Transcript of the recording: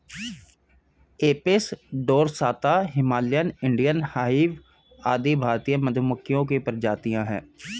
Apis डोरसाता, Himalayan, Indian hive आदि भारतीय मधुमक्खियों की प्रजातियां है